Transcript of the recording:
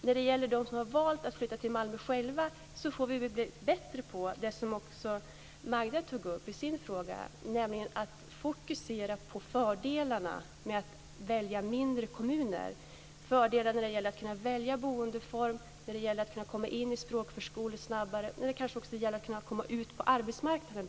När det gäller de som har valt att flytta till Malmö själva, får vi bli bättre på det som Magda Ayoub tog upp i sin fråga, nämligen att fokusera på fördelarna med att välja mindre kommuner, fördelarna med att välja boendeform, att snabbt komma in i språkförskolor, men också att komma ut på arbetsmarknaden.